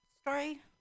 story